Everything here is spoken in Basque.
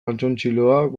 galtzontziloak